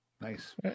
nice